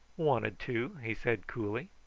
wanted to, he said coolly.